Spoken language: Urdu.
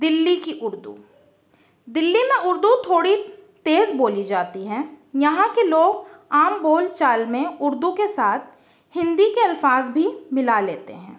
دہلی کی اردو دہلی میں اردو تھوڑی تیز بولی جاتی ہے یہاں کے لوگ عام بول چال میں اردو کے ساتھ ہندی کے الفاظ بھی ملا لیتے ہیں